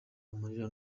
amarira